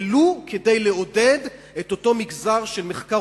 ולו כדי לעודד את אותו מגזר של מחקר